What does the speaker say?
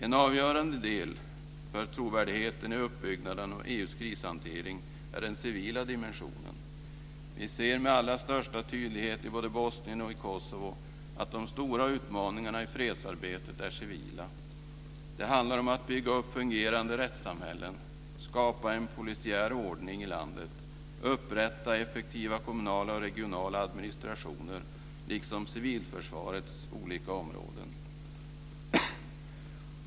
En avgörande del för trovärdigheten i uppbyggnaden av EU:s krishantering är den civila dimensionen. Vi ser med allra största tydlighet i både Bosnien och i Kosovo att de stora utmaningarna i fredsarbetet är civila. Det handlar om att bygga upp fungerande rättssamhällen, skapa en polisiär ordning i landet, upprätta effektiva kommunala och regionala administrationer, liksom civilförsvarets olika områden.